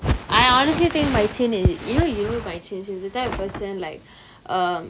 I honestly think marichin is you know you know marichin she is the type of person like err